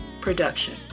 Production